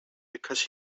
because